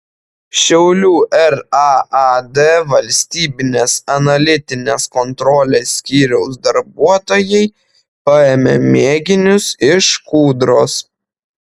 šiaulių raad valstybinės analitinės kontrolės skyriaus darbuotojai paėmė mėginius iš kūdros